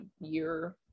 year